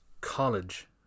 college